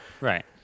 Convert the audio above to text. Right